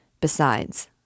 Besides